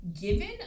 given